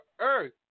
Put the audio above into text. earth